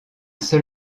seul